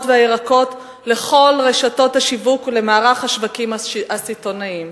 והירקות לכל רשתות השיווק ולמערך השווקים הסיטונאיים.